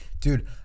dude